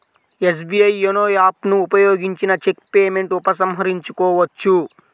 SBI YONO app ను ఉపయోగించిన cheque payment ఉపసంహరించుకోవచ్చు